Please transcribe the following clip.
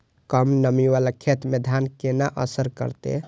कम नमी वाला खेत में धान केना असर करते?